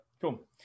cool